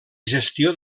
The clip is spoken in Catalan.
gestió